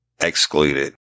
excluded